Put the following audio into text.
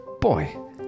boy